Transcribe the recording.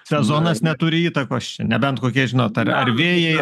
sezonas neturi įtakos čia nebent kokie žinot ar ar vėjai